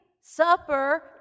supper